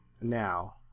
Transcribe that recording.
now